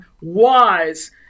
wise